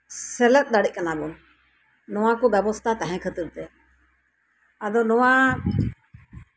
ᱥᱮᱞᱮᱫ ᱫᱟᱲᱮᱭᱟᱜ ᱠᱟᱱᱟ ᱵᱚᱱ ᱱᱚᱣᱟ ᱠᱚ ᱵᱮᱵᱚᱥᱛᱷᱟ ᱛᱟᱸᱦᱮ ᱠᱷᱟᱹᱛᱤᱨᱛᱮ ᱟᱫᱚ ᱱᱚᱣᱟ